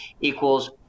equals